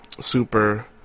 Super